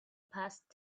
past